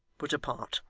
but apart.